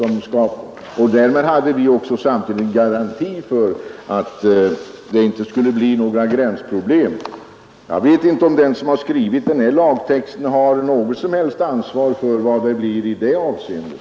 Därmed hade vi samtidigt garanti för att det inte skulle bli några gränsproblem. Jag vet inte om den som har skrivit den här lagtexten har något som helst ansvar för vad som händer i det avseendet.